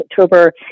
October